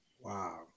Wow